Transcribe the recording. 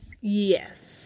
Yes